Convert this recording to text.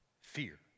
fear